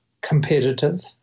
competitive